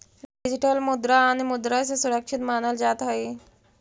digital मुद्रा अन्य मुद्रा से सुरक्षित मानल जात हई